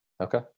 Okay